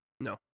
no